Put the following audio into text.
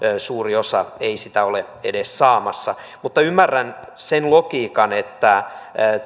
suuri osa ei sitä ole edes saamassa mutta ymmärrän sen logiikan että